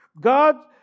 God